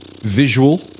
Visual